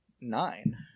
nine